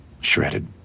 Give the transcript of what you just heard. shredded